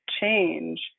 change